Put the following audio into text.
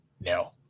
No